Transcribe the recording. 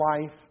life